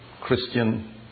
Christian